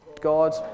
God